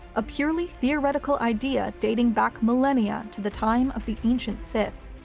a purely theoretical idea dating back millennia to the time of the ancient sith.